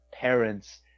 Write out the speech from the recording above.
parents